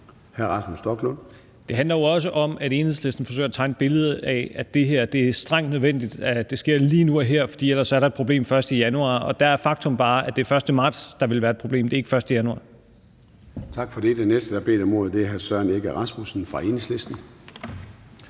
Det handler jo også om, at Enhedslisten forsøger at tegne et billede af, at det er strengt nødvendigt, at det sker lige nu og her, for ellers er der et problem den 1. januar. Der er faktum bare, at det er den 1. marts, der vil være et problem, og ikke den 1. januar. Kl. 13:57 Formanden (Søren Gade): Tak for det. Den næste, der har bedt om ordet, er hr. Søren Egge Rasmussen fra Enhedslisten.